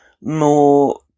more